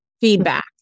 feedback